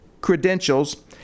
credentials